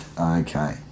okay